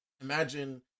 imagine